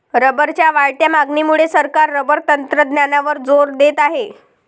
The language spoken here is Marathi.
रबरच्या वाढत्या मागणीमुळे सरकार रबर तंत्रज्ञानावर जोर देत आहे